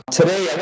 Today